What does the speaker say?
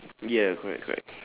ya correct correct